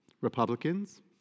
Republicans